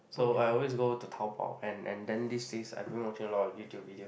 so I always go to Taobao and and then this this I been watching a lot of YouTube video